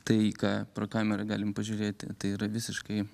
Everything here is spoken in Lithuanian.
tai ką pro kamerą galim pažiūrėti tai yra visiškai